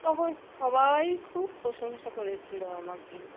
তখন সবাই খুব প্রশংসা করেছিল আমাকে